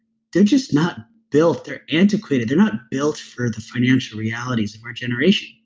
they're just not built, they're antiquated. they're not built for the financial realities of our generation.